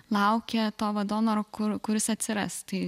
laukę to vat donoro kur kuris atsiras tai